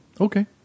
Okay